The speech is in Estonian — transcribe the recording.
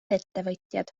ettevõtjad